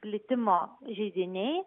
plitimo židiniai